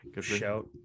Shout